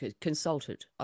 consulted